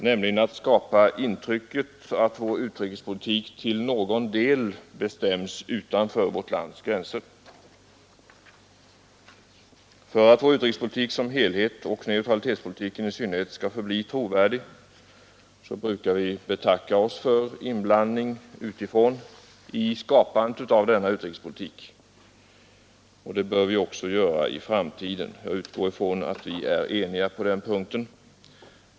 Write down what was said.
Risken är att vi åstadkommer intrycket att vår utrikespolitik till någon del bestäms utanför vårt lands gränser. För att vår utrikespolitik som helhet och neutralitetspolitiken i synnerhet skall förbli trovärdig brukar vi betacka oss för inblandning utifrån i skapandet av denna utrikespolitik, och det bör vi göra också i framtiden. Jag utgår ifrån att vi är ense på den punkten.